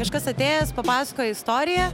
kažkas atėjęs papasakojo istoriją